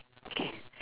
okay